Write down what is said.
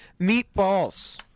meatballs